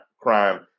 crime